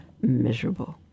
miserable